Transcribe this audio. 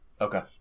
Okay